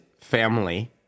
family